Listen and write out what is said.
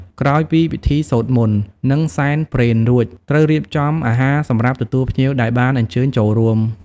ក្រោយពីពិធីសូត្រមន្ត និងសែនព្រេនរួច ត្រូវរៀបចំអាហារសម្រាប់ទទួលភ្ញៀវដែលបានអញ្ជើញចូលរួម។